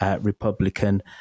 Republican